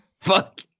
Fuck